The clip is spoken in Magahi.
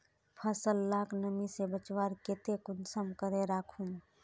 फसल लाक नमी से बचवार केते कुंसम करे राखुम?